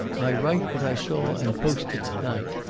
i write what i saw and post it to-night,